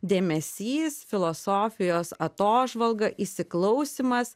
dėmesys filosofijos atožvalga įsiklausymas